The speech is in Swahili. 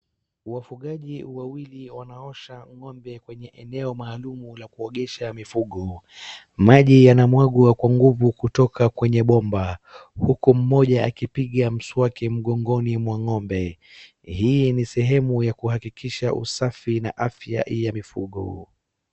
Wafugaji wawili wanaosha ng'ombe kwenye eneo maalum la kuogesha mifugo. Maji yanamwaga kwa nguvu kutoka kwenye bomba huku mmoja akipiga mswaki mgongoni mwa ng'ombe. Hii ni sehemu ya kuhakikisha usafi na afya ya mifugo.